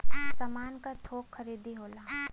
सामान क थोक खरीदी होला